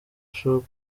shop